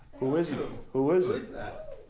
who is it? um who is it?